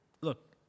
look